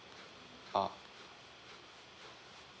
oh